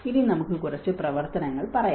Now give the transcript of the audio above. ഇനി നമുക്ക് കുറച്ച് പ്രവർത്തനങ്ങൾ പറയാം